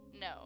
No